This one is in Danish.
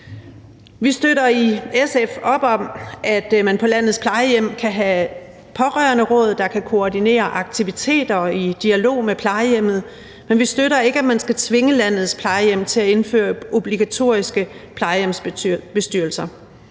Vi støtter i SF op om, at man på landets plejehjem kan have pårørenderåd, der kan koordinere aktiviteter i dialog med plejehjemmet. Men vi støtter ikke, at man skal tvinge landets plejehjem til at indføre obligatoriske plejehjemsbestyrelser.